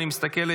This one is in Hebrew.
אני מסתכל,